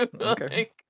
Okay